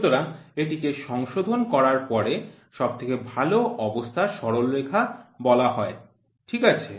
সুতরাং এটিকে সংশোধন করার পরে সবথেকে ভালো অবস্থার সরলরেখা বলা হয় ঠিক আছে